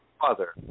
father